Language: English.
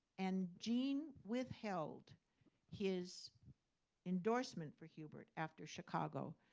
and gene withheld his endorsement for hubert after chicago.